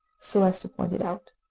so as to point it out.